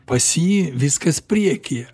pas jį viskas priekyje